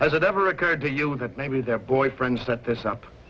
person as it ever occurred to you that maybe their boyfriends that this up